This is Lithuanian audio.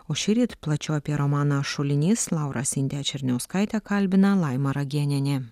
o šįryt plačiau apie romaną šulinys laurą sintiją černiauskaitę kalbina laima ragėnienė